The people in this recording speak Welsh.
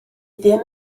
ddim